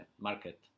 market